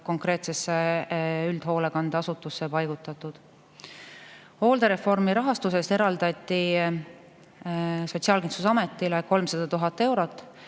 konkreetsesse üldhoolekandeasutusse paigutatud. Hooldereformi rahastusest eraldati Sotsiaalkindlustusametile 300 000 eurot,